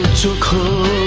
too close